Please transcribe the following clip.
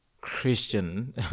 Christian